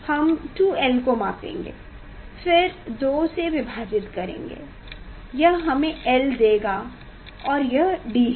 हम 2lको मापेंगे फिर दो से विभाजित करेंगे यह हमें l देगा और यह D है